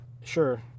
Sure